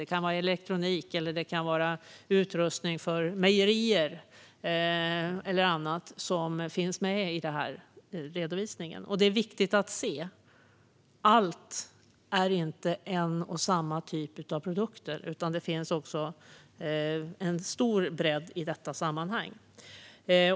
Det kan röra sig om elektronik eller utrustning för mejerier eller annat som finns med i denna redovisning. Det är viktigt att se att allt inte är en och samma typ av produkter, utan det finns en stor bredd i detta sammanhang.